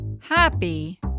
happy